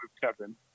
Kevin